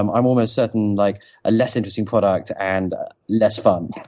i'm i'm almost certain, like a less interesting product and less fun.